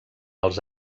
els